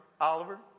Oliver